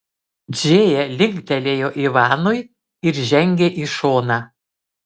džėja linktelėjo ivanui ir žengė į šoną